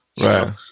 Right